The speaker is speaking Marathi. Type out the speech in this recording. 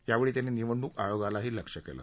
यावेळी त्यांनी निवडणूक आयोगालाही लक्ष्य केलं